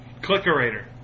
Clickerator